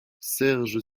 serge